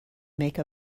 make